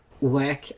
work